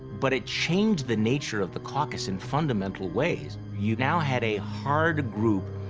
but it changed the nature of the caucus in fundamental ways. you now had a hard group,